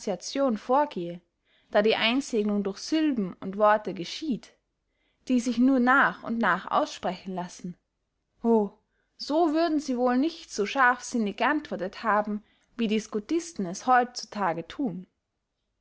vorgehe da die einsegnung durch sylben und worte geschieht die sich nur nach und nach aussprechen lassen o so würden sie wohl nicht so scharfsinnig geantwortet haben wie die scotisten es heut zu tage thun